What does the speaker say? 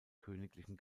königlichen